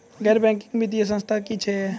गैर बैंकिंग वित्तीय संस्था की छियै?